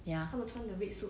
ya